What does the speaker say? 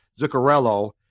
Zuccarello